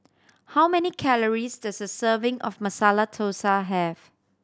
how many calories does a serving of Masala Dosa have